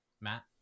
Matt